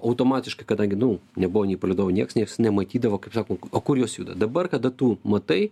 automatiškai kadangi nu nebuvo nei palydovų nieks nieks nematydavo kaip sako o kur jos juda dabar kada tu matai